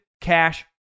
Cash